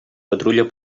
patrulla